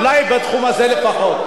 אולי בתחום הזה לפחות.